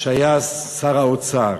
שהיה שר אוצר.